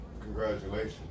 Congratulations